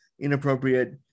inappropriate